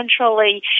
essentially